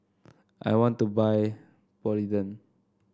I want to buy Polident